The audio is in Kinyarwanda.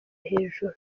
hejuru